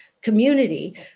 Community